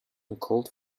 uncalled